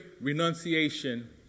renunciation